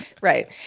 right